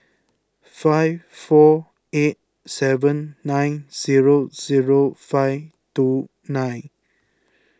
five four eight seven nine zero zero five two nine